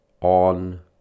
on